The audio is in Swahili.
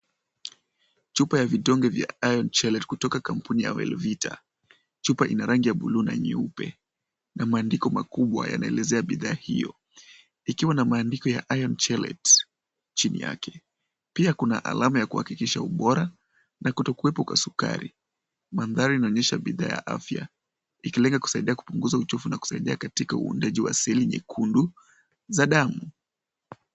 Chupa ya vidonge vya Iron Chelate kutoka kampuni ya Wellvita .Chupa ina rangi ya bluu na nyeupe na maandiko makubwa yanaelezea bidhaa hiyo ikiwa na maandiko ya Iron Chelate chini yake. Pia kuna alama ya kuhakikisha ubora na kutokuwepo kwa sukari. Mandhari inaonesha bidhaa ya afya ikilenga kusaidia kupunguza uchovu na kusaidia katika uundaji wa seli nyekundu za damu.